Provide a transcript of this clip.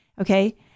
Okay